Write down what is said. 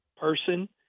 person